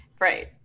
Right